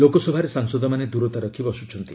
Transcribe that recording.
ଲୋକସଭାରେ ସାଂସଦମାନେ ଦୂରତା ରଖି ବସୁଛନ୍ତି